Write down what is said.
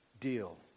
deal